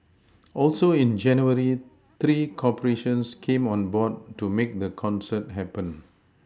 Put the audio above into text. also in January three corporations came on board to make the concert happen